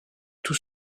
tout